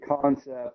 concept